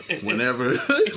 whenever